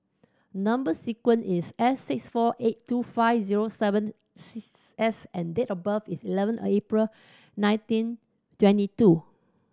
number sequence is S six four eight two five zero seven S and date of birth is eleven April nineteen twenty two